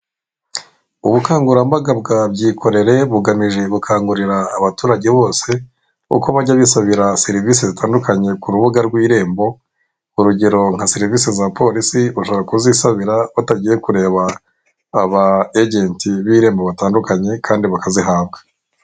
Ubukangurambaga bwa byikorere bugamije gukangurira abaturage bose uko bajya bisabira serivise zitandukanye kurubuga rwirembo urugero nka serivise za polisi bashobora kuzisabira batagiye kureba aba ejenti batandukanye birembo kandi bakazihabwa.